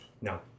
No